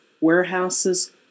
warehouses